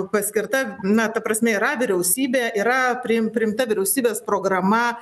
paskirta na ta prasme yra vyriausybė yra priim priimta vyriausybės programa